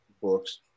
books